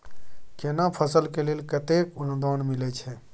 केना फसल के लेल केतेक अनुदान मिलै छै?